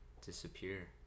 disappear